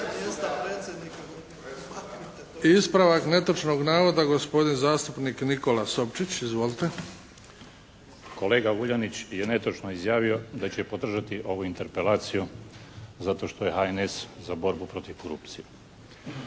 Ispravak netočnog navoda, gospodin zastupnik Nikola Sopčić. Izvolite. **Sopčić, Nikola (HDZ)** Kolega Vuljanić je netočno izjavio da će podržati ovu interpelaciju zato što je HNS za borbu protiv korupcije.